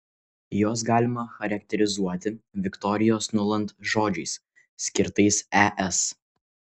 juos galima charakterizuoti viktorijos nuland žodžiais skirtais es